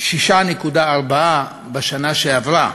6.4 בשנה שעברה.